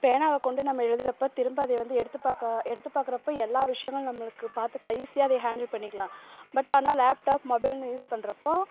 பேனாவை கொண்டு நம்ம எழுதுறப்ப திரும்ப அதை எடுத்து பார்க்க எடுத்து பார்க்குறப்ப எல்லா விஷியமும் நமக்கு பார்த்துக்கலாம் ஈஸியாக அதை ஹேண்டில் பண்ணிக்கலாம் பட் ஆனால் லேப்டாப் மொபைல்ன்னு யூஸ் பண்ணுறப்போ